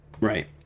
Right